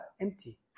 empty